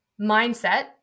mindset